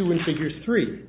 refigure three